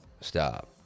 Stop